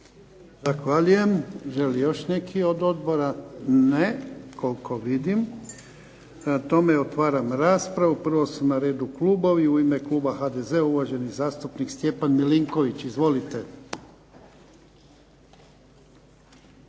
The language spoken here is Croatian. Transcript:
Zahvaljujem. Želi li još netko od odbora? Ne koliko vidim. Prema tome otvaram raspravu. Prvo su na redu klubovi. U ime kluba HDZ-a uvaženi zastupnik Stjepan Milinković. Izvolite.